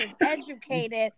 educated